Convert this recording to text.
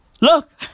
Look